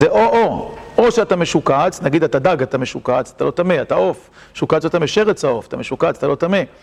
זה או-או, או שאתה משוקץ, נגיד אתה דג, אתה משוקץ, אתה לא טמא, אתה עוף. שוקץ אתה משרץ העוף, אתה משוקץ, אתה לא טמא.